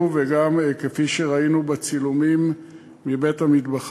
וגם כפי שראינו בצילומים מבית-המטבחיים.